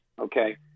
okay